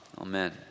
Amen